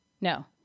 no